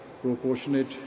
proportionate